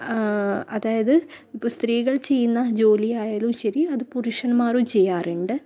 അതായത് ഇപ്പം സ്ത്രീകൾ ചെയ്യുന്ന ജോലിയായാലും ശരി അത് പുരുഷന്മാരും ചെയ്യാറുണ്ട്